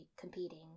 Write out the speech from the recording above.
competing